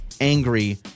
angry